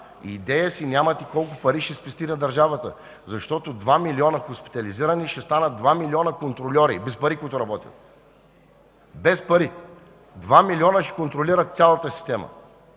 идея си нямате колко пари ще спести на държавата, защото два милиона хоспитализирани ще станат два милиона контрольори, които работят без пари! Два милиона ще контролират цялата система!